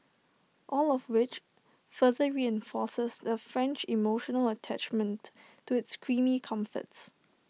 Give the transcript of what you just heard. all of which further reinforces the French emotional attachment to its creamy comforts